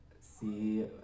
see